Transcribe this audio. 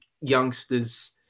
youngsters